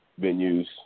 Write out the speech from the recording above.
venues